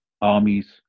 Armies